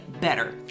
better